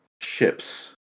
ships